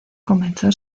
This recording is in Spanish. comenzó